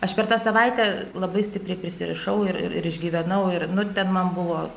aš per tą savaitę labai stipriai prisirišau ir ir išgyvenau ir nu ten man buvo